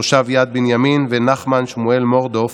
תושב יד בנימין, ונחמן שמואל מורדוף,